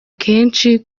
kenshi